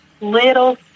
little